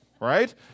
right